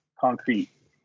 concrete